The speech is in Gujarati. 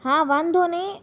હા વાંધો નહીં